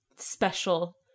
Special